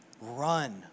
Run